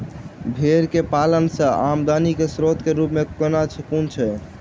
भेंर केँ पालन सँ आमदनी केँ स्रोत केँ रूप कुन छैय?